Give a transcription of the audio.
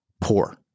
poor